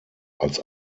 als